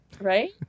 right